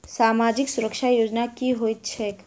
सामाजिक सुरक्षा योजना की होइत छैक?